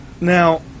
Now